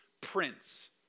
prince